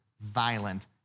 violent